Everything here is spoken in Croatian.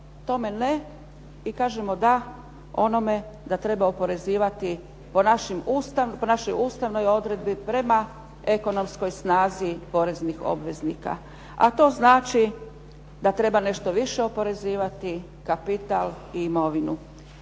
tome ne i kažemo da onome da treba oporezivati po našoj ustavnoj odredbi prema ekonomskoj snazi poreznih obveznika. A to znači da treba nešto više oporezivati kapital i imovinu.